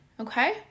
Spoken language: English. Okay